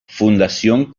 fundación